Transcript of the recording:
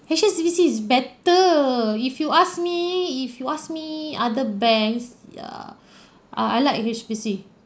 H_S_B_C is better if you ask me if you ask me other banks err I I like H_S_B_C